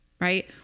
right